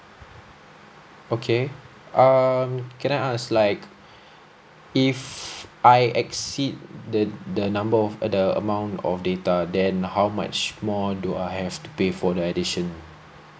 okay um can I ask like if I exceed the the number of uh the amount of data then how much more do I have to pay for the addition